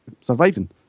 surviving